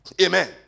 Amen